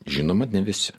žinoma ne visi